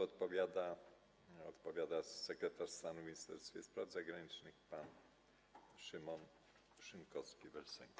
Odpowiada sekretarz stanu w Ministerstwie Spraw Zagranicznych pan Szymon Szynkowski vel Sęk.